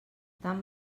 tan